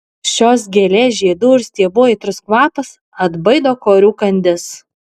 šios gėlės žiedų ir stiebų aitrus kvapas atbaido korių kandis